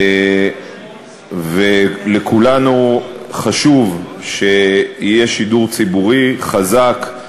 לכולנו חשוב שיהיה שידור ציבורי חזק,